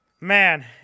Man